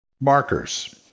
Markers